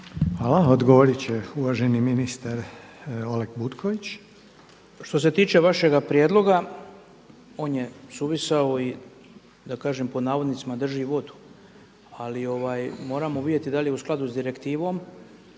Hvala. Odgovorit će uvaženi ministar Oleg Butković. **Butković, Oleg (HDZ)** Što se tiče vašega prijedloga on je suvisao i da kažem pod navodnicima drži vodu. Ali moramo vidjeti da li je u skladu sa direktivom,